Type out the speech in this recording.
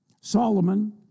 Solomon